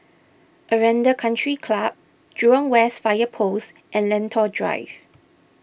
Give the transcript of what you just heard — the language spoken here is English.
Aranda Country Club Jurong West Fire Post and Lentor Drive